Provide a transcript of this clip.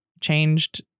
changed